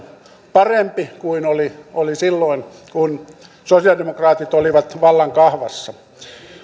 parempi kuin oli oli silloin kun sosialidemokraatit olivat vallan kahvassa